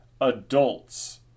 adults